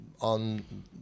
on